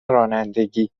رانندگی